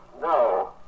no